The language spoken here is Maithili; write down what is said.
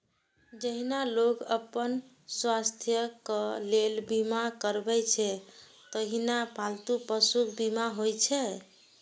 जहिना लोग अपन स्वास्थ्यक लेल बीमा करबै छै, तहिना पालतू पशुक बीमा होइ छै